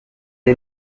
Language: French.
est